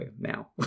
now